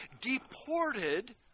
deported